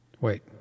wait